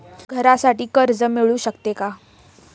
घरासाठी कर्ज मिळू शकते का?